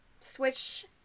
switch